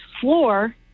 floor